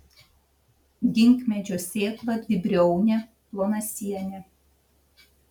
ginkmedžio sėkla dvibriaunė plonasienė